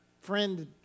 friend